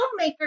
filmmaker